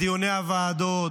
בדיוני הוועדות,